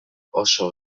oso